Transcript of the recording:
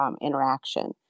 interaction